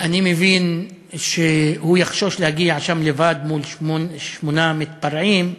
אני מבין שהוא יחשוש להגיע שם לבד מול שמונה מתפרעים.